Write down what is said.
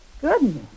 goodness